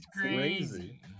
crazy